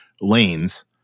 lanes